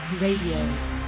Radio